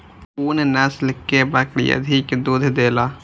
कुन नस्ल के बकरी अधिक दूध देला?